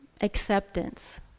acceptance